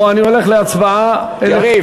או אני הולך להצבעה אלקטרונית?